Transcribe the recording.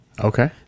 Okay